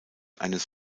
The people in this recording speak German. eines